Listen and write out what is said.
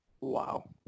Wow